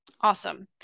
Awesome